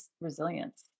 resilience